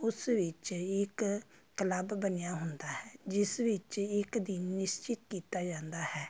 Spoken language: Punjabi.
ਉਸ ਵਿੱਚ ਇੱਕ ਕਲੱਬ ਬਣਿਆ ਹੁੰਦਾ ਹੈ ਜਿਸ ਵਿੱਚ ਇੱਕ ਦਿਨ ਨਿਸ਼ਚਿਤ ਕੀਤਾ ਜਾਂਦਾ ਹੈ